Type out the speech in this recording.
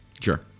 Sure